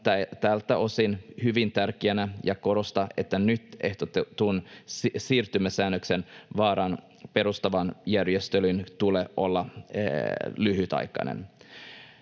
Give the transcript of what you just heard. tältä osin hyvin tärkeänä ja korostaa, että nyt ehdotetun siirtymäsäännöksen varaan perustuvan järjestelyn tulee olla lyhytaikainen.